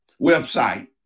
website